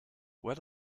what